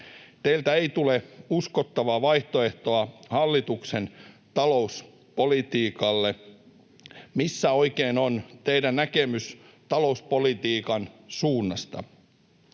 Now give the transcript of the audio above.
Teiltä ei tule uskottavaa vaihtoehtoa hallituksen talouspolitiikalle. Missä oikein on teidän näkemyksenne talouspolitiikan suunnasta?